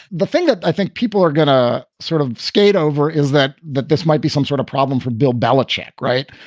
the thing that i think people are going to sort of skate over is that that this might be some sort of problem for bill belichick. right.